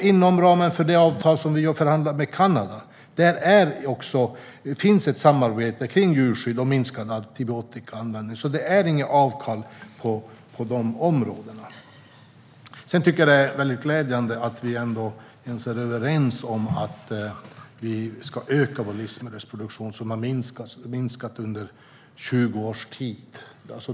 Inom ramen för det avtal som vi har förhandlat fram med Kanada finns det ett samarbete kring djurskydd och minskad antibiotikaanvändning. Det görs alltså inget avkall på de områdena. Sedan tycker jag att det är mycket glädjande att vi är överens om att vi ska öka vår livsmedelsproduktion, som har minskat under 20 års tid.